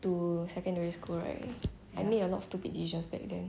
to secondary school right I made a lot of stupid decisions back then